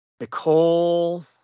Nicole